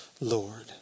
Lord